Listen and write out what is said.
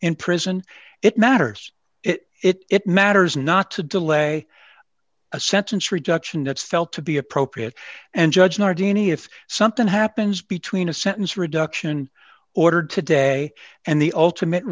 in prison it matters it matters not to delay a sentence reduction of cell to be appropriate and judge nardini if something happens between a sentence reduction ordered today and the ultimate